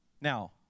Now